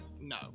No